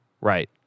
Right